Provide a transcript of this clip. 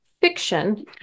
fiction